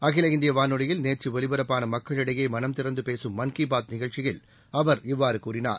அகில இந்திய வானொலியில் நேற்று ஒலிபரப்பான மக்களிடையே மனம் திறந்த பேசும் மன் கி பாத் நிகழ்ச்சியில் அவர் இவ்வாறு கூறினார்